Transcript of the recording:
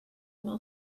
will